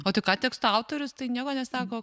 o tai ką tekstų autorius tai nieko nesako